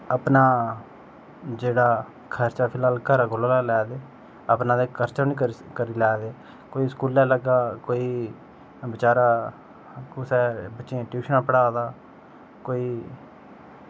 अपना जेह्ड़ा खर्चा बेचारे फिलहाल घरा कोला लेआ दे अपना करी लैंदे कोई बेचारा स्कूलै लग्गे दा कोई बेचारा कुसै दे बच्चें गी पढ़ाऽ दा कोई